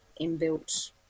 inbuilt